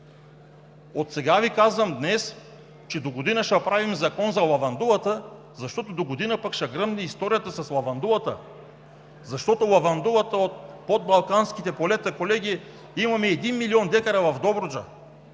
Отсега Ви казвам, че догодина ще правим закон за лавандулата, защото догодина пък ще гръмне историята с лавандулата. Има лавандула от Подбалканските полета, колеги, има един милион декара в Добруджа,